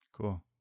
Cool